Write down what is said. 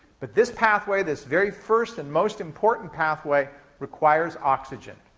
but this pathway, this very first and most important pathway, requires oxygen.